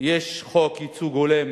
יש חוק ייצוג הולם